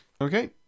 Okay